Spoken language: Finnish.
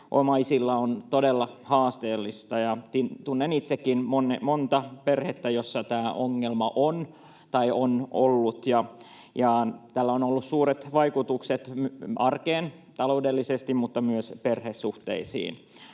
Omaisilla on todella haasteellista, ja tunnen itsekin monta perhettä, jossa tämä ongelma on tai on ollut, ja tällä on ollut suuret vaikutukset arkeen taloudellisesti mutta myös perhesuhteisiin.